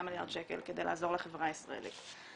מיליארד שקל כדי לעזור לחברה הישראלית.